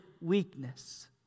weakness